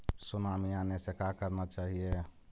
Tsunami आने से का करना चाहिए?